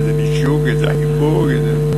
איזה נישוק, איזה חיבוק?